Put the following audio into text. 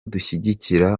dushyigikira